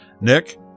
Nick